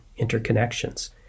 interconnections